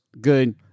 Good